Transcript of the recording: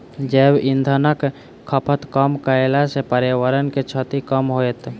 जैव इंधनक खपत कम कयला सॅ पर्यावरण के क्षति कम होयत